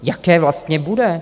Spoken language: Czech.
Jaké vlastně bude?